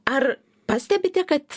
ar pastebite kad